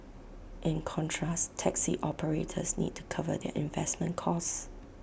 in contrast taxi operators need to cover their investment costs